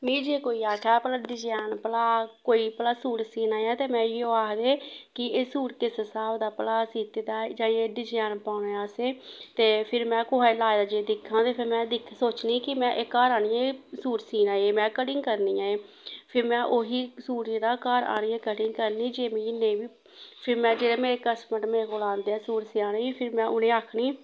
मिगी जे कोई आक्खै भला डजैन भला कोई भला सूट सीना ऐ ते में इयो आखनी आं कि एह् सूट किस स्हाब दा भला सीते दा जां डजैन पाने असें ते फिर में कुसै लाए दा जे दिक्खां ते में फ्ही दिक्खां सोचनी कि में एह् घर आनियै सूट सीना ऐ एह् में कटिंग करनी ऐ फिर में ओह् ही सूट जेह्ड़ा घर आनियै कटिंग करनी जे मिगी नेईं फिर में जेह्ड़े मेरे कस्टमर मेरे कोल आंदे ऐ सूट सीने गी फिर में उ'नेंगी आखनी